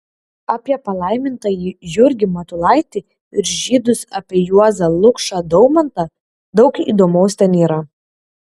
apie palaimintąjį jurgį matulaitį ir žydus apie juozą lukšą daumantą daug įdomaus ten yra